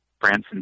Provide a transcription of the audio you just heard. Branson